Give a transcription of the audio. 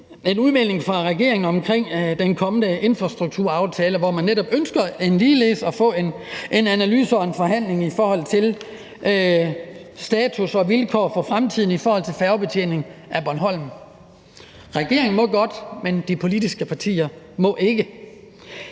en udmelding fra regeringen omkring den kommende infrastrukturaftale, hvor man netop ligeledes ønsker at få en analyse og en forhandling i forhold til status og vilkår for fremtiden i forhold til færgebetjeningen af Bornholm. Regeringen må godt, men de politiske partier må ikke.